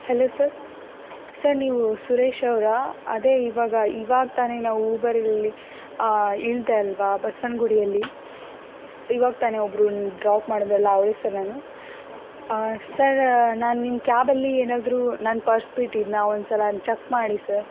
hello sir sir ನೀವು ಸುರೇಶವರಾ ಅದೇ ಇವಾಗ ಇವಾಗ ತಾನೆ ನಾವು ಊಬರಲ್ಲಿ ಇಳಿದೆ ಅಲ್ಲವಾ ಬಸವನ್ಗುಡಿಯಲ್ಲಿ ಇವಾಗ ತಾನೆ ಒಬ್ರನ್ನ ಡ್ರಾಪ್ ಮಾಡಿದ್ರಲ್ಲಾ ಅವಳೇ ಸರ್ ನಾನು ಸರ್ ನಾನು ನಿಮ್ಮ ಕ್ಯಾಬಲ್ಲಿ ಏನಾದರೂ ನನ್ನ ಪರ್ಸ್ ಬಿಟ್ಟಿದ್ದೇನಾ ಒಂದು ಸಲ ಚಕ್ ಮಾಡಿ ಸರ್